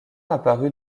apparut